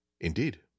Indeed